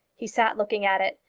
he sat looking at it,